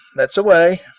let's away.